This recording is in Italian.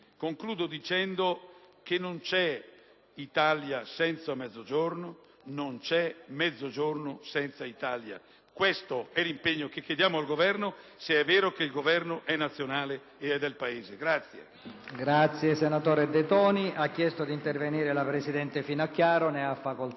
Concludo dicendo che non c'è Italia senza Mezzogiorno e non c'è Mezzogiorno senza Italia. Questo è l'impegno che chiediamo al Governo, se è vero che è un Governo nazionale di tutto il Paese.